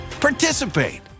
participate